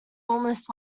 almost